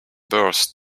burst